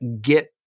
get